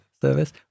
service